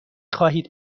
خواهید